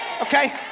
Okay